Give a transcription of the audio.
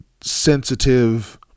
sensitive